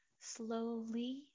Slowly